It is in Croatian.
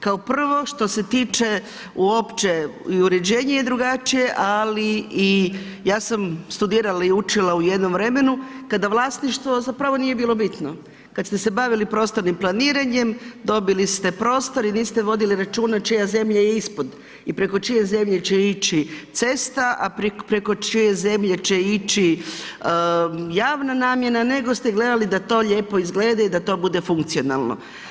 Kao prvo što se tiče, uopće i uređenje je drugačije, ali i ja sam studirala i učila u jednom vremenu, kada vlasništvo zapravo nije bilo bitno, kada ste se bavili prostornim planiranjem, dobili ste prostor i niste vodili računa, čija je zemlja ispod i preko čije zemlje će ići cesta, a preko čije zemlje će ići javna nabava, nego ste gledali da to lijepo izgleda i da to bude funkcionalno.